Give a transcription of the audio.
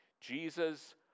Jesus